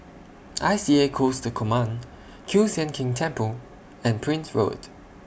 I C A Coastal Command Kiew Sian King Temple and Prince Road